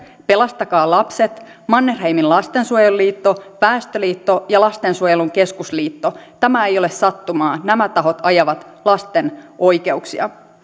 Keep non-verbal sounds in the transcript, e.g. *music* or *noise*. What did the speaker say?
pelastakaa lapset mannerheimin lastensuojeluliitto väestöliitto ja lastensuojelun keskusliitto tämä ei ole sattumaa nämä tahot ajavat lasten oikeuksia *unintelligible*